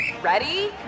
Ready